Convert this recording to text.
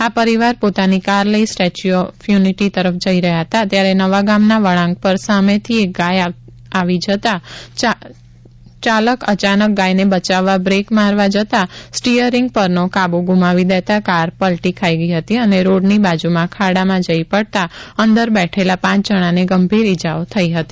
આ પરિવાર પોતાની કાર લઈ સ્ટેચ્યુ તરફ જઈ રહ્યા હતા ત્યારે નવાગામના વળાંક ઉપર સામેથી એક ગાય આવી જતા ચાલક અચાનક ગાયને બચાવવા બ્રેક મારવા જતા સ્ટિયરિંગ ઉપર નો કાબ્ ગુમાવી દેતા કાર પલટી ખાઈ ગઈ હતી અને રોડની બાજુમાં ખાડામાં જઈ પડતા અંદર બેઠેલા પાંચ જણાને ગંભીર ઇજાઓ થઇ હતી